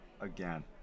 again